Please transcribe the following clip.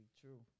true